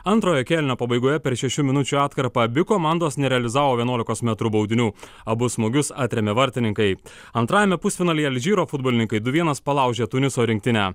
antrojo kėlinio pabaigoje per šešių minučių atkarpą abi komandos nerealizavo vienuolikos metrų baudinių abu smūgius atrėmė vartininkai antrajame pusfinalyje alžyro futbolininkai du vienas palaužė tuniso rinktinę